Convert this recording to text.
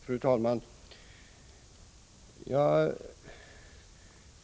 Fru talman!